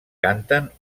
canten